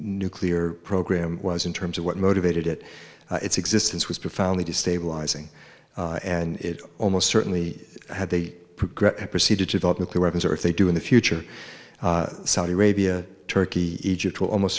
nuclear program was in terms of what motivated it its existence was profoundly destabilizing and it almost certainly had they proceed to develop nuclear weapons or if they do in the future saudi arabia turkey egypt will almost